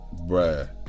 Bruh